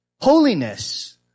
Holiness